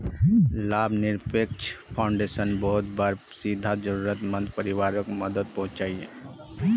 लाभ निरपेक्ष फाउंडेशन बहुते बार सीधा ज़रुरत मंद परिवारोक मदद पहुन्चाहिये